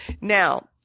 now